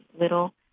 little